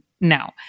no